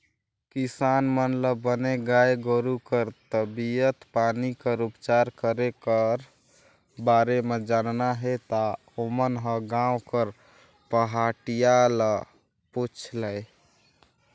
किसान मन ल बने गाय गोरु कर तबीयत पानी कर उपचार करे कर बारे म जानना हे ता ओमन ह गांव कर पहाटिया ल पूछ लय